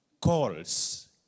calls